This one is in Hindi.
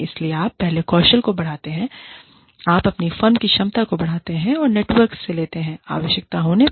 इसलिए आप अपने कौशल को बढ़ाते हैं आप अपनी फर्म की क्षमता को बढ़ाते हैं और नेटवर्क से लेते हैं आवश्यकता होने पर